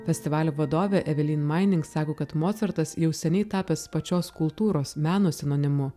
festivalio vadovė evelyn maining sako kad mocartas jau seniai tapęs pačios kultūros meno sinonimu